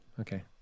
Okay